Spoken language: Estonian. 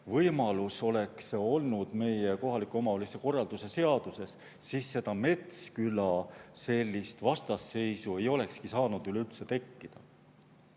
võimalus oleks olnud kohaliku omavalitsuse korralduse seaduses, siis Metskülas sellist vastasseisu ei olekski saanud üleüldse tekkida.